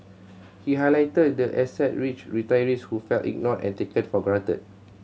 he highlighted the asset rich retirees who felt ignored and taken for granted